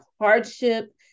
hardship